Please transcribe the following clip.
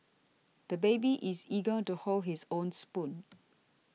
the baby is eager to hold his own spoon